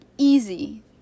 easy